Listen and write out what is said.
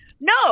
No